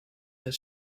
that